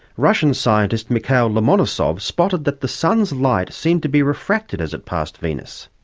russian scientist mikhail lomonosov spotted that the sun's light seemed to be refracted as it passed venus.